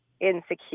insecure